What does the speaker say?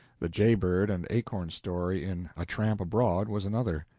the jay-bird and acorn story in a tramp abroad was another.